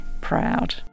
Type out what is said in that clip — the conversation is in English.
proud